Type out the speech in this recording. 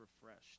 refreshed